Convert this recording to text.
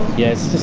yes,